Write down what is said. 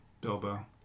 Bilbo